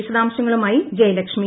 വിശദാംശങ്ങളുമായി ജയലക്ഷ്മി